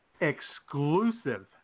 exclusive